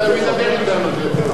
הוא ידבר אתנו, זה יותר טוב.